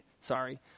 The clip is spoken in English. Sorry